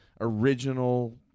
original